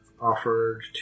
offered